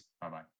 Bye-bye